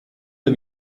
wir